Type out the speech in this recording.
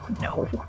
No